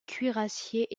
cuirassiers